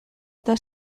eta